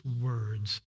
words